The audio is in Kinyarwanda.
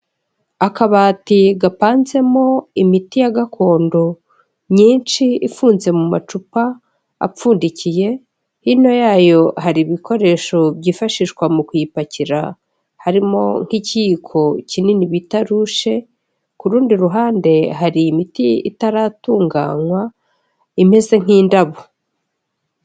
Akabati gapanzemo imiti ya gakondo myinshi ifunze mu macupa apfundikiye, hino yayo hari ibikoresho byifashishwa mu kuyipakira harimo nk'ikiyiko kinini bita rushe, ku rundi ruhande hari imiti itaratunganywa imeze nk'indabo.